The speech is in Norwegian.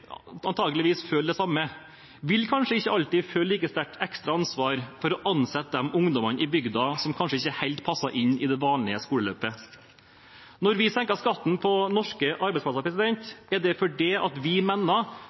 føle det samme, vil kanskje ikke alltid føle like sterkt ekstra ansvar for å ansette de ungdommene i bygda som kanskje ikke helt passer inn i det vanlige skoleløpet. Når vi senker skatten på norske arbeidsplasser, er det fordi vi mener